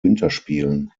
winterspielen